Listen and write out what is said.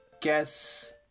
guess